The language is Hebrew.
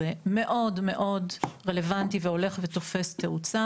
זה מאוד מאוד רלוונטי והולך ותופס תאוצה.